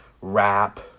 rap